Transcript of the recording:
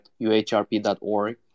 uhrp.org